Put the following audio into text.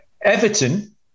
Everton